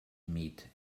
meet